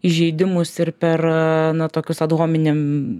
įžeidimus ir per tokius adhominim